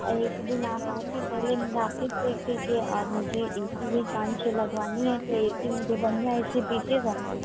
एक दिन आप आकर पहले मेरा ऑफ़िस देख लीजिए और मुझे ए सी भी पाँच छह लगवाना है तो ए सी में जो बढ़ियाँ ए सी दीजिएगा